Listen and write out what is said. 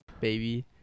Baby